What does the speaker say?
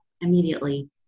immediately